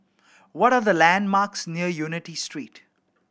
what are the landmarks near Unity Street